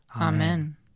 Amen